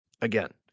Again